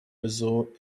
resort